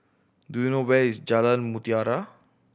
do you know where is Jalan Mutiara